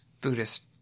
Buddhist